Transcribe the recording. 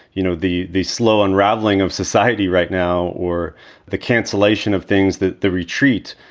you know, the the slow unraveling of society right now or the cancellation of things that the retreat.